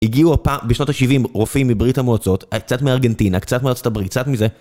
הגיעו בשנות ה-70 רופאים מברית המועצות, קצת מארגנטינה, קצת מארצות הברית, קצת מזה.